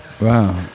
Wow